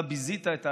אתה ביזית את האדם,